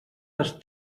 les